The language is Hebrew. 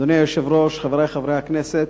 אדוני היושב-ראש, חברי חברי הכנסת,